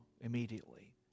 immediately